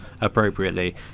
appropriately